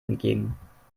entgegen